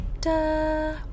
da